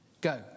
go